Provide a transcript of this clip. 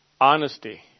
Honesty